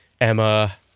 Emma